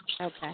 Okay